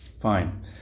fine